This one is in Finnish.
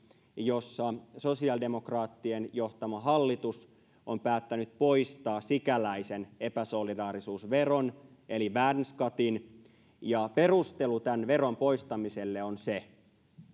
jossa sosiaalidemokraattien johtama hallitus on päättänyt poistaa sikäläisen epäsolidaarisuusveron eli värnskattin perustelu tämän veron poistamiselle